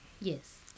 Yes